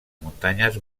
muntanyes